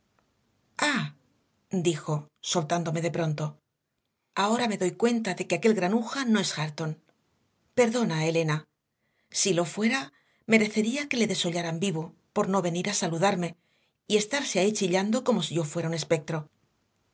dijo soltándome de pronto ahora me doy cuenta de que aquel granuja no es hareton perdona elena si lo fuera merecería que le desollaran vivo por no venir a saludarme y estarse ahí chillando como si yo fuera un espectro